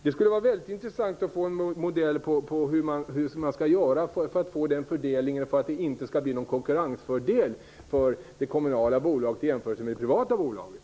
Det skulle vara mycket intressant att få en modell av hur man skall göra en fördelning så att det inte blir någon konkurrensfördel för det kommunala bolaget i jämförelse med det privata bolaget.